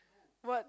what